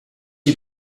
you